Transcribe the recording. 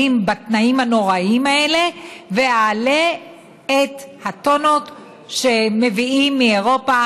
בתנאים הנוראיים האלה ואעלה את הטונות שמביאים מאירופה,